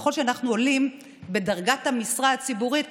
ככול שאנחנו עושים בדרגת המשרה הציבורית,